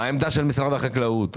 מה העמדה של משרד החקלאות?